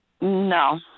No